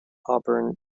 auburn